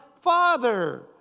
Father